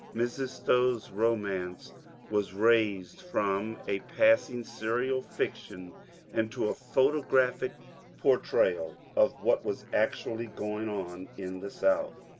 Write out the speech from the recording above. mrs. stowe's romance was raised from a passing serial fiction into a photographic portrayal of what was actually going on in the south.